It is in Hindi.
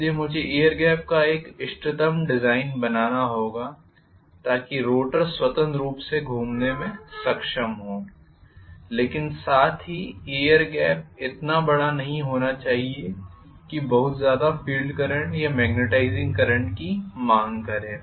इसलिए मुझे एयर गैप का एक इष्टतम डिज़ाइन बनाना होगा ताकि रोटर स्वतंत्र रूप से घूमने में सक्षम हो लेकिन साथ ही एयर गैप इतना बड़ा नहीं होना चाहिए कि बहुत ज़्यादा फील्ड करंट या मैग्नेटाइजिंग करंट की मांग करें